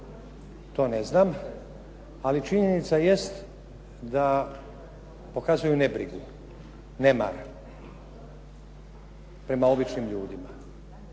to ne znam, ali činjenica jest da pokazuju nebrigu, nemar prema običnim ljudima.